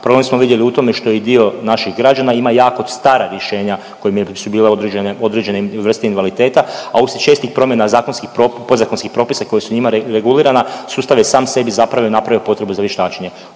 problem smo vidjeli u tome što i dio naših građana ima jako stara rješenja kojim su bila određeni vrste invaliditeta, a uslijed čestih promjena zakonskih .../nerazumljivo/... podzakonskih propisa koja su njima regulirana, sustav je sam sebi zapravo napravio potrebu za vještačenje.